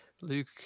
Luke